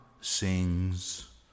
sings